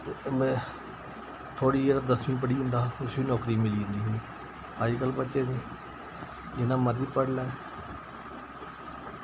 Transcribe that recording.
मैं थोह्ड़ी जेह्ड़ा दसमीं पढ़ी जंदा हा उस्सी वी नौकरी मिल्ली जंदी ही अजकल्ल बच्चें दे जिन्ना मर्जी पढ़ लै